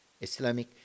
Islamic